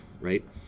right